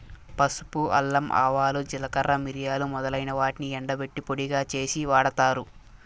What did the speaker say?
పసుపు, అల్లం, ఆవాలు, జీలకర్ర, మిరియాలు మొదలైన వాటిని ఎండబెట్టి పొడిగా చేసి వాడతారు